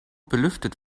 belüftet